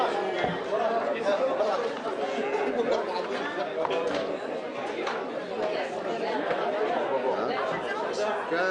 12:05.